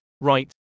right